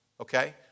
okay